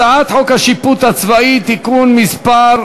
הצעת חוק השיפוט הצבאי (תיקון מס'